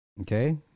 Okay